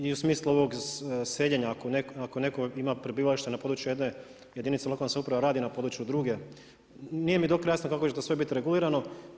I u smislu ovog seljenja, ako netko ima prebivalište na području jedne, jedinice lokalne samouprave a radi na području druge, nije mi do kraja jasno kako će to sve biti regulirano.